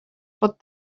pot